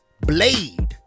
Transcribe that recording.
blade